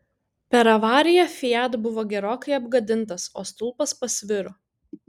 per avariją fiat buvo gerokai apgadintas o stulpas pasviro